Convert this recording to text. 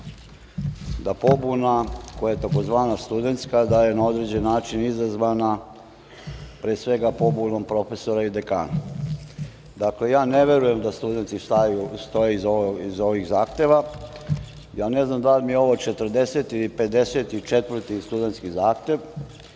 da pobuna koja je tzv. studentska, da je na određen način izazvana, pre svega pobunom profesora i dekana. Ne verujem da studenti stoje iza ovih zahteva. Ne znam da li mi je ovo 40 ili 54 studentski zahtev,